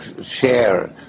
share